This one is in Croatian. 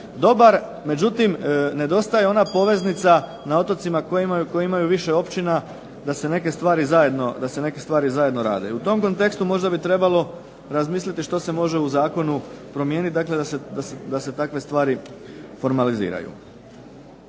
dobar, međutim nedostaje ona poveznica na otocima koje imaju više općina da se neke stvari zajedno rade i u tom kontekstu možda bi trebalo razmisliti što se može u zakonu promijeniti da se takve stvari formaliziraju.